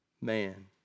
man